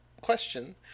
question